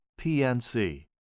PNC